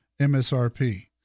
MSRP